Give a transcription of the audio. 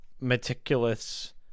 meticulous